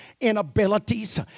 inabilities